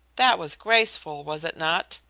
that was graceful, was it not?